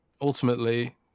ultimately